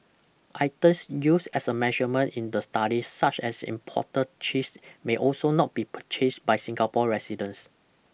items used as a measurement in the study such as imported cheese may also not be purchased by Singapore residents